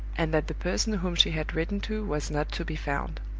and that the person whom she had written to was not to be found.